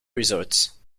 resorts